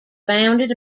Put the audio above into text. founded